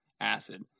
acid